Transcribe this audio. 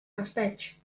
raspeig